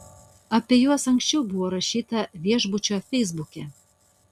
apie juos anksčiau buvo rašyta viešbučio feisbuke